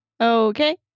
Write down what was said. Okay